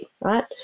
right